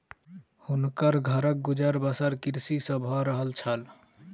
हुनकर घरक गुजर बसर कृषि सॅ भअ रहल छल